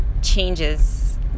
changes